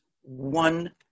one